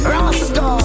Rasta